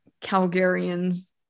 Calgarians